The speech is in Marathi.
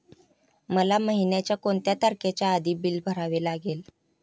मला महिन्याचा कोणत्या तारखेच्या आधी बिल भरावे लागेल?